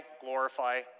glorify